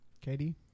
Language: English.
katie